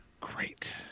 great